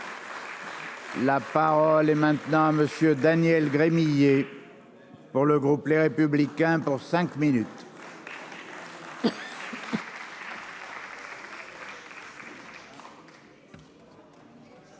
La parole est maintenant à Monsieur Daniel Gremillet pour le groupe Les Républicains pour cinq minutes.